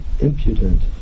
impudent